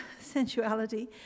sensuality